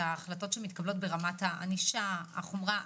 ההחלטות שמתקבלות בעניין הענישה, החומרה.